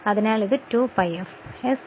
s എന്നത് s x ആണ്